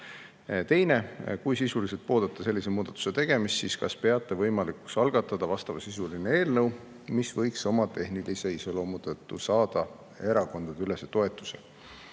Teine: "Kui sisuliselt pooldate sellise muudatuse tegemist, siis kas peate võimalikuks algatada vastavasisuline eelnõu, mis võiks, oma tehnilise iseloomu tõttu, saada erakondadeülese toetuse?"Ja